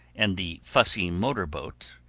and the fussy motorboat,